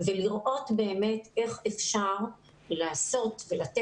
ולראות באמת איך אפשר לעשות ולתת,